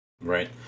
Right